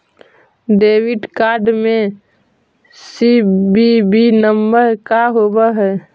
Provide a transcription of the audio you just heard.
Debit card में CVV number का होव हइ?